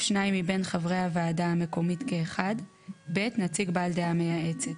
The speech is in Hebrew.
שניים מבין חברי הוועדה המקומית כאחד נציג בעל דעה מייעצת